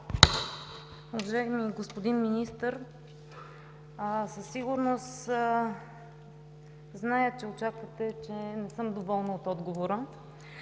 Уважаеми господин Министър, аз със сигурност зная, че очаквате, че не съм доволна от отговора.